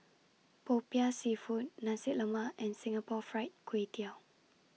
Popiah Seafood Nasi Lemak and Singapore Fried Kway Tiao